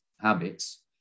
habits